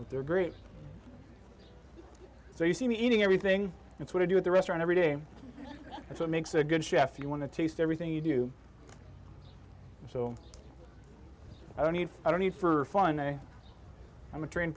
with their great so you see me eating everything it's what i do at the restaurant every day that's what makes a good chef you want to taste everything you do so i don't need i don't need for fun i'm a trained